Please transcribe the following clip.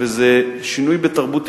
וזה שינוי בתרבות ארגונית,